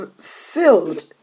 filled